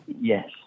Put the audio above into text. Yes